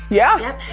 yeah. yup,